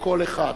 בקול אחד.